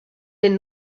den